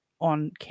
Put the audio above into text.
on